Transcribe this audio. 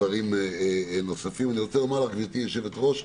אני רוצה לומר לך גברתי היושבת-ראש,